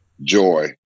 joy